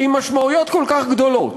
עם משמעויות כל כך גדולות,